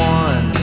one